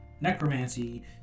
necromancy